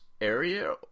area